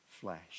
flesh